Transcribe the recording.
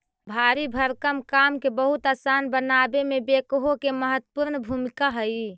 भारी भरकम काम के बहुत असान बनावे में बेक्हो के महत्त्वपूर्ण भूमिका हई